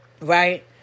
right